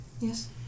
Yes